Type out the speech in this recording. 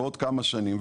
בעוד כמה שנים,